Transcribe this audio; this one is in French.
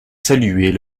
saluer